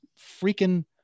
freaking